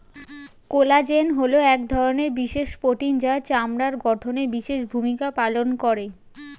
collagen হলো এক ধরনের বিশেষ প্রোটিন যা চামড়ার গঠনে বিশেষ ভূমিকা পালন করে